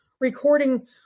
recording